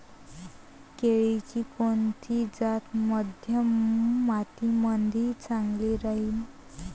केळाची कोनची जात मध्यम मातीमंदी चांगली राहिन?